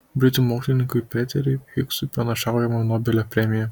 britų mokslininkui peteriui higsui pranašaujama nobelio premija